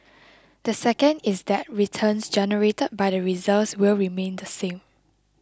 the second is that returns generated by the reserves will remain the same